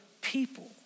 people